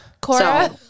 Cora